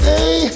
Hey